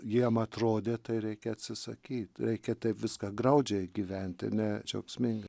jiem atrodė tai reikia atsisakyt reikia taip viską graudžiai gyventi ne džiaugsminga